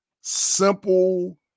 simple